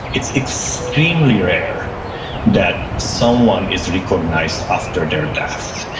it's extremely rare that someone is recognized after their death.